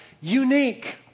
unique